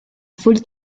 folie